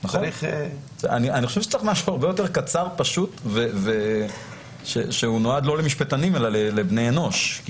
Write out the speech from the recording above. אני חושב שצריך משהו יותר קצר ופשוט שמיועד לא למשפטנים אלא לבני אנוש.